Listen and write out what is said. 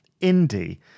indie